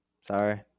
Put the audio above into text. Sorry